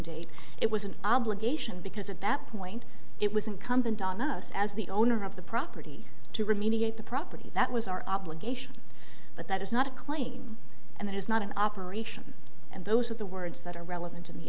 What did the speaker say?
date it was an obligation because at that point it was incumbent on us as the owner of the property to remediate the property that was our obligation but that is not a claim and it is not an operation and those are the words that are relevant to the